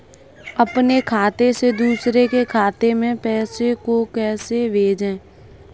अपने खाते से दूसरे के खाते में पैसे को कैसे भेजे?